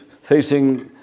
facing